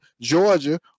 Georgia